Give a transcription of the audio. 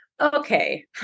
okay